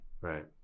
right